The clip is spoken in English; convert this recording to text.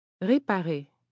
Réparer